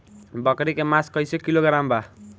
बकरी के मांस कईसे किलोग्राम बा?